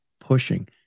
pushing